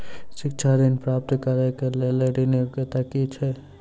शिक्षा ऋण प्राप्त करऽ कऽ लेल योग्यता की छई?